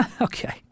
Okay